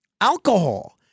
alcohol